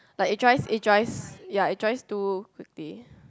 like it dries it dries ya it dries too quickly